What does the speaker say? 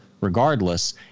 regardless